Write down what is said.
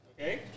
Okay